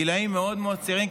הגילים מאוד מאוד צעירים.